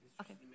Okay